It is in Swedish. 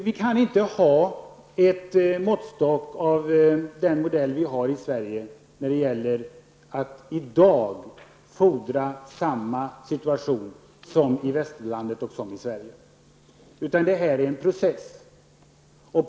Vi kan inte ha en måttstock av samma modell som den svenska när det gäller dagens krav på att det skall vara samma situation som i västerlandet och i Sverige. Det här är i stället en process.